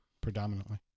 predominantly